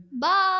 bye